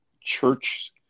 church